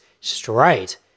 straight